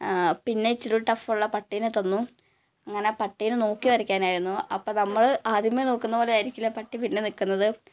പിന്നെ ഇച്ചിരി കൂടി ടഫ് ഉള്ള പട്ടീനെ തന്നു അങ്ങനെ പട്ടീനെ നോക്കി വരയ്ക്കാനായിരുന്നു അപ്പം നമ്മൾ ആദ്യമേ നോക്കുന്നത് പോലെ ആയിരിക്കില്ല പട്ടി പിന്നെ നിൽക്കുന്നത്